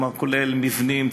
כלומר כולל מבנים,